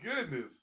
goodness